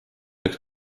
üks